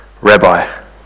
rabbi